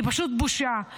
היא פשוט בושה.